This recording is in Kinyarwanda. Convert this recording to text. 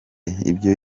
ibyo